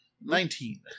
Nineteen